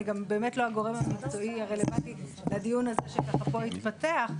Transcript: אני גם באמת לא הגורם המקצועי הרלוונטי לדיון הזה שככה פה התפתח.